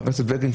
חבר הכנסת בגין,